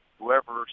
whoever